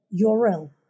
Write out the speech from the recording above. URL